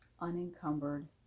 unencumbered